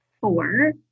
four